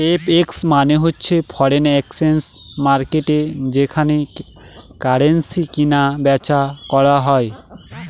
FX মানে হচ্ছে foreign exchange মার্কেটকে যেখানে কারেন্সি কিনা বেচা করা হয়